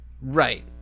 right